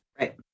Right